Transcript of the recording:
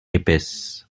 épaisse